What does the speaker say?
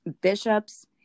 bishops